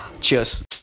cheers